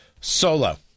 solo